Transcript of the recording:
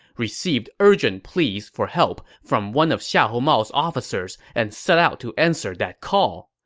received urgent pleas for help from one of xiahou mao's officers and set out to answer that call.